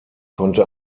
konnte